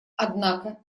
однако